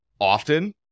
often